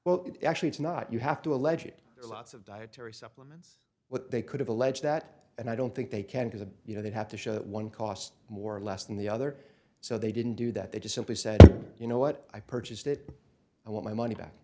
well actually it's not you have to allege it lots of dietary supplements what they could have alleged that and i don't think they can because you know they'd have to show one cost more or less than the other so they didn't do that they just simply said you know what i purchased it i want my money back